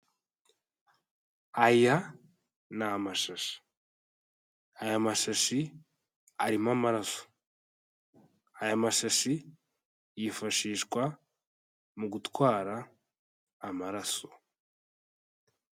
Aya ni amashashi, aya mashashi arimo amaraso, aya mashashi yifashishwa mu gutwara amaraso.